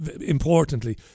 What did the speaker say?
importantly